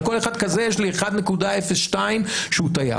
על כל אחד כזה יש לי 1.02 שהוא תייר.